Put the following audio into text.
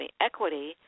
equity